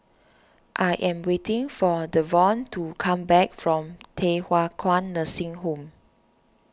I am waiting for Davon to come back from Thye Hua Kwan Nursing Home